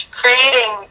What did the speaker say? creating